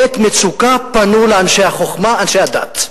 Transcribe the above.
בעת מצוקה פנו לאנשי החוכמה, אנשי הדת.